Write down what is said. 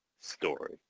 story